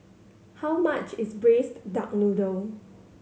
how much is Braised Duck Noodle